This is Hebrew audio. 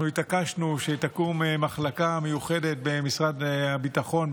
אנחנו התעקשנו שתקום מחלקה מיוחדת במשרד הביטחון,